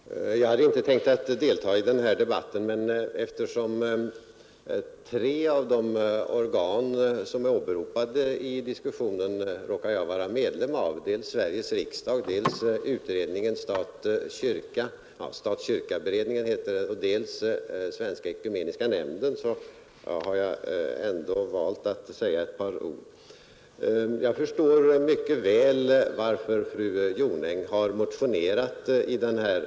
Herr talman! Jag hade inte tänkt delta i denna debatt. men eftersom jag råkar vara medlem av tre av de organ som som har åberopats i diskussionen, dels Sveriges riksdag, dels beredningen om stat och kyrka, dels ock Svenska ekumeniska nämnden, har jag ändå valt att här säga nägra ord. Jag förstår mycket väl varför fru Jonäng har motionerat i denna fråga.